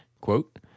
quote